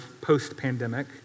post-pandemic